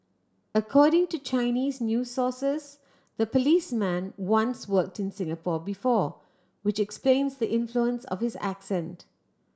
according to Chinese new sources the policeman once worked in Singapore before which explains the influence of his accent